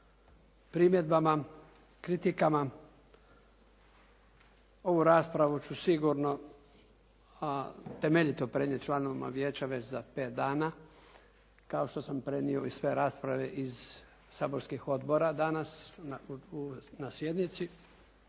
primjedbama, kritikama. Ovu raspravu ću sigurno temeljito prenijeti članovima vijeća već za pet dana kao što sam prenio i sve rasprave iz saborskih odbora danas na sjednici.